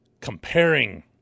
comparing